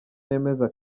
nemeza